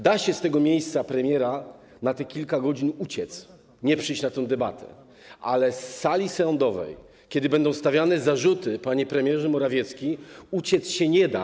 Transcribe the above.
Da się z tego miejsca premiera uciec na kilka godzin, da się nie przyjść na debatę, ale z sali sądowej, kiedy będą stawiane zarzuty, panie premierze Morawiecki, uciec się nie da.